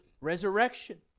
resurrection